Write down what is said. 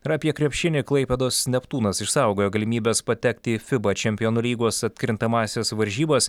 ir apie krepšinį klaipėdos neptūnas išsaugojo galimybes patekti į fiba čempionų lygos atkrintamąsias varžybas